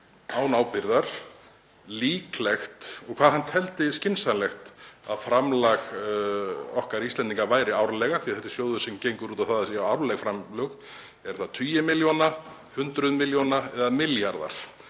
án ábyrgðar, líklegt og hvað hann teldi skynsamlegt að framlag okkar Íslendinga væri árlega, því að þetta er sjóður sem gengur út á að það séu árleg framlög; eru það tugir milljóna, hundruð milljóna eða milljarðar?